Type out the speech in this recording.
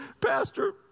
Pastor